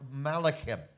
malachim